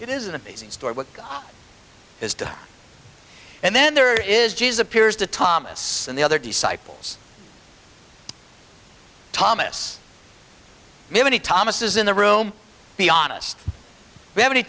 it is an amazing story what god has done and then there is g s appears to thomas and the other disciples thomas many thomas is in the room be honest we have any